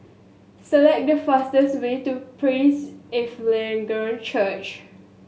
select the fastest way to Praise Evangelical Church